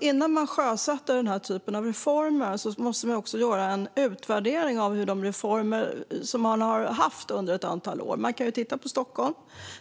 Innan man sjösätter den här typen av reformer måste man göra en utvärdering av de reformer som man har genomfört under ett antal år. Man kan titta på Stockholm.